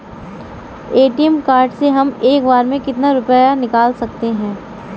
ATM card से हम एक बार में कितना रुपया निकाल सकते हैं?